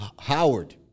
Howard